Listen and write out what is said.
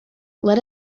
let